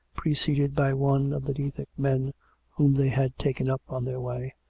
pre ceded by one of the dethick men whom they had taken up on their way,